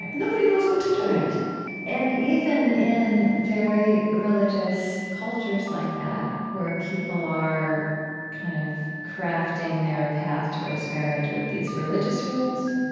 and nobody knows what to do and even in very religious cultures like that, where people are kind of crafting their path towards marriage with these religious rules,